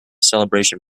celebration